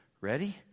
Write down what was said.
ready